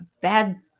bad